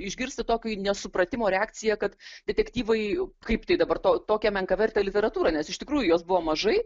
išgirsti tokio nesupratimo reakcija kad detektyvai kaip tai dabar tau tokią menkavertę literatūrą nes iš tikrųjų jos buvo mažai